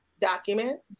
document